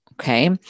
okay